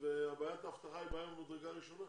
ובעיית האבטחה היא בעיה ממדרגה ראשונה,